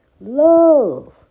Love